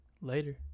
Later